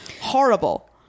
Horrible